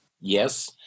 Yes